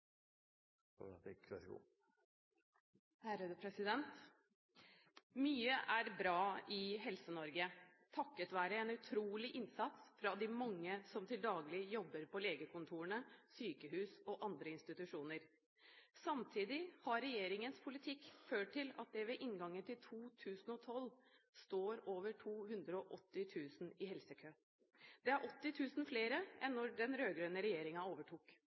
bra i Helse-Norge, takket være en utrolig innsats fra de mange som til daglig jobber på legekontor, sykehus og andre institusjoner. Samtidig har regjeringens politikk ført til at det ved inngangen til 2012 sto over 280 000 personer i helsekø. Det er 80 000 flere enn da den rød-grønne regjeringen overtok.